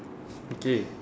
okay